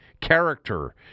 character